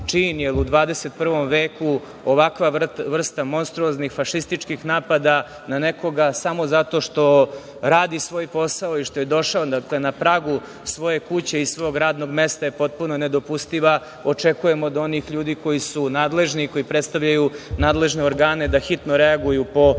u 21. veku ovakva vrsta monstruoznih, fašističkih napada na nekoga samo zato što radi svoj posao i što je došao na pragu svoje kuće i svog radnog mesta je potpuno nedopustiva. Očekujem od onih ljudi koji su nadležni, koji predstavljaju nadležne organe da hitno reaguju po ovom